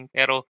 Pero